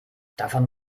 davon